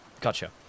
Gotcha